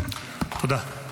תודה.